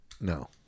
No